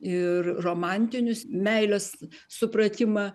ir romantinius meilės supratimą